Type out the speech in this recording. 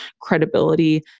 credibility